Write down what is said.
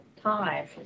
time